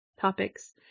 topics